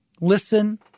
listen